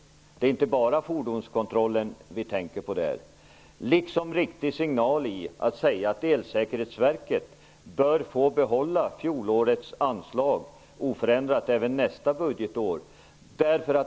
Det är inte bara fordonskontrollen vi tänker på. Det är en riktig signal att säga att Elsäkerhetsverket bör få behålla fjolårets anslag oförändrat även nästa budgetår.